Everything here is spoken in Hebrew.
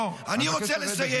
לא, אבקש לרדת.